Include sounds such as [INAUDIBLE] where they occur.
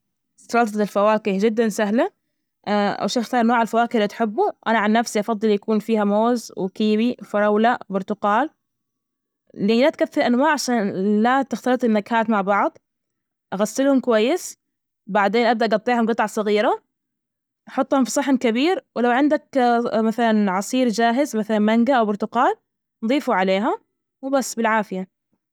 سلطة الفواكه جدا سهلة [HESITATION] أول شي نوع الفواكه إللي تحبه أنا عن نفسي أفضل يكون فيها موز وكيوي وفراولة وبرتقال. ليه لأ تكثر الأنواع عشان لا تختلط النكهات مع بعض، غسلهم كويس، بعدين أبدأ أجطعهم جطع صغيرة أحطهم في صحن كبير، ولو عندك [HESITATION] مثلا عصير جاهز مثلا مانجا أو برتقال ضيفوا عليها وبس بالعافية.